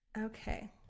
Okay